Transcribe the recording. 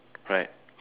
right